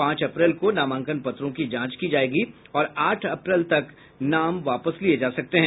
पांच अप्रैल को नामांकन पत्रों की जांच की जायेगी और आठ अप्रैल तक नाम वापस लिये जा सकते हैं